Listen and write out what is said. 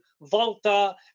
Volta